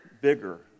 bigger